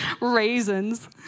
Raisins